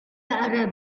arab